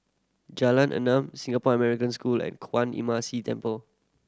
Jalan Enam Singapore American School and Kwan Imm See Temple